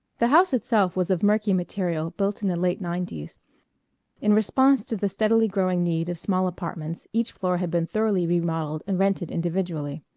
the house itself was of murky material, built in the late nineties in response to the steadily growing need of small apartments each floor had been thoroughly remodelled and rented individually.